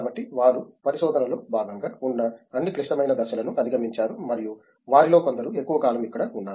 కాబట్టి వారు పరిశోధనలో భాగంగా ఉన్న అన్ని క్లిష్టమైన దశలను అధిగమించారు మరియు వారిలో కొందరు ఎక్కువ కాలం ఇక్కడ ఉన్నారు